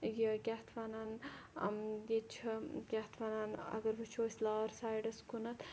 یہِ کیاہ اَتھ وَنان یہِ چھُ کیاہ اَتھ وَنان اَگَر وٕچھو أسۍ لار سایڈَس کُنَتھ